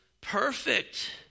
perfect